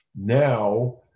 Now